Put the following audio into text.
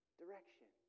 direction